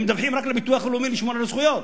הם מדווחים רק לביטוח לאומי, לשמור על הזכויות.